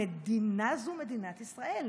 המדינה זו מדינת ישראל.